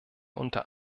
unter